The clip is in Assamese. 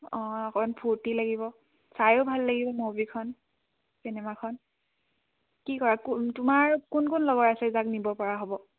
অঁ অকমান ফূৰ্তি লাগিব চায়ো ভাল লাগিব মু'ভিখন চিনেমাখন কি কৰা তোমাৰ কোন কোন লগৰ আছে যাক নিবপৰা হ'ব